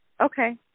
Okay